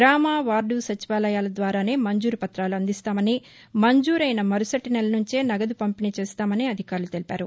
గ్రామ వార్గ సచివాలయాల ద్వారానే మంజూరు పుతాలు అందిస్తామనీ మంజూరైన మరుసటి నెల నుంచే నగదు పంపిణీ చేస్తామని అధికారులు తెలిపారు